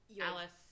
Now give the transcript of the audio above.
alice